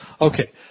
Okay